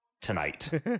tonight